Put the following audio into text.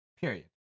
Period